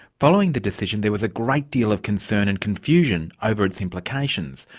following the decision, there was a great deal of concern and confusion over its implications,